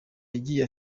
yagiye